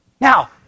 Now